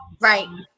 Right